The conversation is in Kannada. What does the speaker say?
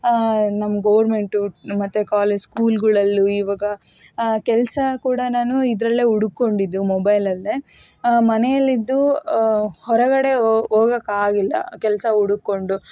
ನಮ್ಮ ಗೋರ್ಮೆಂಟು ಮತ್ತೆ ಕಾಲೇಜ್ ಸ್ಕೂಲ್ಗಳಲ್ಲೂ ಈವಾಗ ಕೆಲಸ ಕೂಡ ನಾನು ಇದರಲ್ಲೇ ಹುಡುಕ್ಕೊಂಡಿದ್ದು ಮೊಬೈಲಲ್ಲೇ ಮನೆಯಲ್ಲಿದ್ದು ಹೊರಗಡೆ ಹೋಗೋಕ್ಕಾಗಿಲ್ಲ ಕೆಲಸ ಹುಡುಕ್ಕೊಂಡು